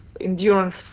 endurance